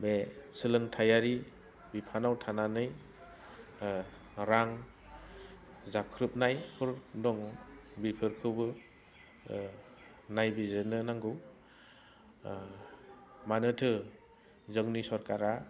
बे सोलोंथाइयारि बिफानाव थानानै रां जाख्रुबनायफोर दङ बेफोरखौबो नायबिजिरनो नांगौ मानोथो जोंनि सरकारा